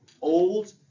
Old